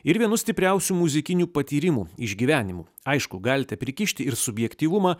ir vienu stipriausių muzikinių patyrimų išgyvenimų aišku galite prikišti ir subjektyvumą